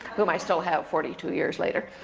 whom i still have forty two years later.